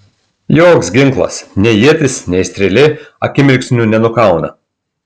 joks ginklas nei ietis nei strėlė akimirksniu nenukauna